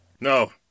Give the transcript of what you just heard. no